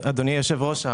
אדוני היושב ראש,